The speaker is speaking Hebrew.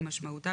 כמשמעותה